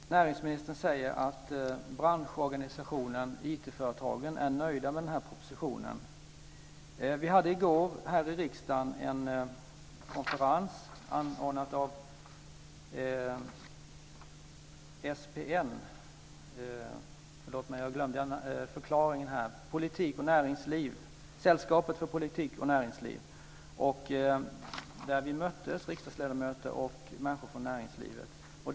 Fru talman! Näringsministern säger att branschorganisationen IT-företagen är nöjd med denna proposition. Vi hade i går här i riksdagen en konferens anordnad av SPN - Sällskapet Politik & Näringsliv. Där möttes riksdagsledamöter och människor från näringslivet.